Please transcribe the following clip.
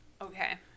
Okay